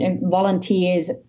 volunteers